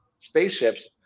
spaceships